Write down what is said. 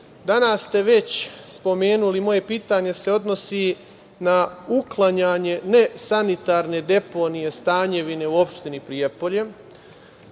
ste već spomenuli, moje pitanje se odnosi na uklanjanje nesanitarne deponije Stanjevine u opštini Prijepolje.